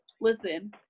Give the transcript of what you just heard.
listen